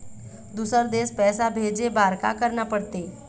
दुसर देश पैसा भेजे बार का करना पड़ते?